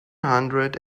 hundred